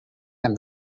and